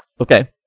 okay